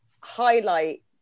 highlight